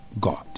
God